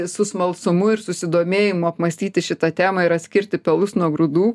su smalsumu ir susidomėjimu apmąstyti šitą temą ir atskirti pelus nuo grūdų